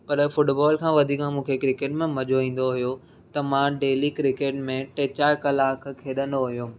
पर फुटबॉल खां वधीक मूंखे क्रिकेट मां मज़ो ईंदो हुयो त मां डेली क्रिकेट में टे चारि कलाक खेॾंदो हुउमि